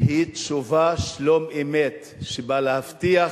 היא שלום אמת, שבא להבטיח